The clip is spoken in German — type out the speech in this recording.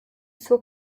zur